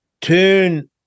turn